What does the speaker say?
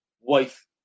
wife